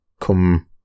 come